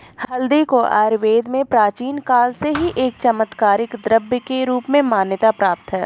हल्दी को आयुर्वेद में प्राचीन काल से ही एक चमत्कारिक द्रव्य के रूप में मान्यता प्राप्त है